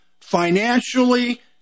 financially